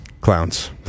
clowns